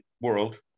world